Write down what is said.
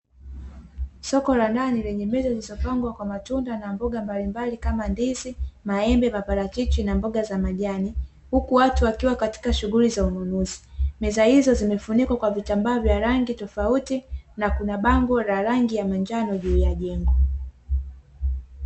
Soko la ndani lenye meza zilizopangwa kwa matunda na mboga mbalimbali kama ndizi, maembe, maparachichi na mboga za majani. Huku watu wakiwa katika shughuli za ununuzi. Meza hizo zimefunikwa kwa vitambaa vya rangi tofauti, na kuna bango la rangi ya manjano juu ya jengo.